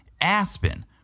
Aspen